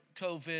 COVID